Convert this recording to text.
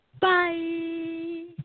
bye